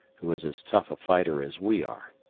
who is as tough a fighter as we are.